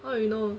well how you know